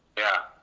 yeah.